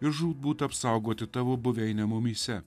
ir žūtbūt apsaugoti tavo buveinę mumyse